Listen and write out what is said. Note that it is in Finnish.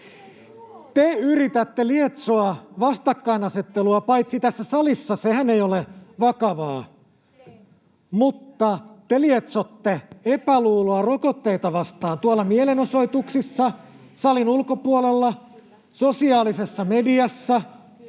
Te yritätte lietsoa vastakkainasettelua tässä salissa — sehän ei ole vakavaa — ja te lietsotte epäluuloa rokotteita vastaan myös tuolla mielenosoituksissa, salin ulkopuolella, sosiaalisessa mediassa.